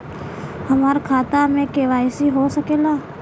हमार खाता में के.वाइ.सी हो सकेला?